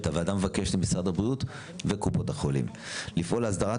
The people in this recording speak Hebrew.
הוועדה מבקשת ממשרד הבריאות וקופות החולים לפעול להסדרת